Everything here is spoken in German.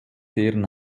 deren